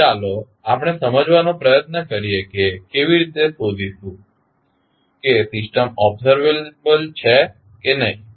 તો ચાલો આપણે સમજવાનો પ્રયત્ન કરીએ કે તે કેવી રીતે શોધીશું કે સિસ્ટમ ઓબ્ઝર્વેબલ છે કે નહીં